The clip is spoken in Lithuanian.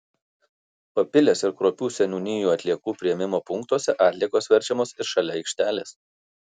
papilės ir kruopių seniūnijų atliekų priėmimo punktuose atliekos verčiamos ir šalia aikštelės